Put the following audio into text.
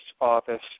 office